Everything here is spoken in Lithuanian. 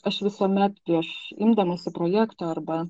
aš visuomet prieš imdamasi projekto arba